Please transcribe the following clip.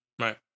Right